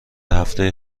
هفته